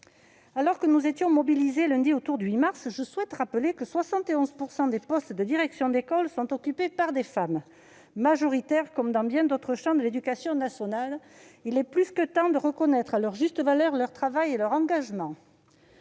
Alors que nous étions mobilisés lundi autour de la journée du 8 mars, je souhaite rappeler que 71 % des postes de direction d'école sont occupés par des femmes, majoritaires comme dans bien d'autres champs de l'éducation nationale. Il est plus que temps de reconnaître à leur juste valeur leur travail et leur engagement.